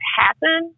happen